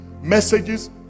Messages